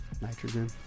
Nitrogen